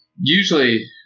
Usually